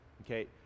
okay